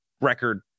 record